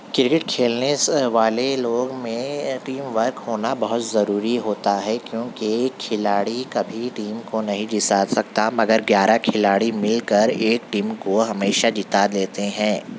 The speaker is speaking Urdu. کرکٹ کھیلنے اِس والے لوگ میں ٹیم ورک ہونا بہت ضروری ہوتا ہے کیونکہ کھلاڑی کبھی ٹیم کو نہیں جیسا سکتا مگر گیارہ کھلاڑی مل کر ایک ٹیم کو ہمیشہ جیتا دیتے ہیں